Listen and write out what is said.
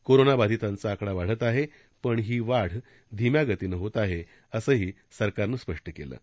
corona बाधितांचा आकडा वाढत आहे पण ही वाढ धीम्या गतीनं होत आहे असंही सरकारनं स्पष्ट केलं आहे